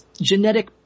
genetic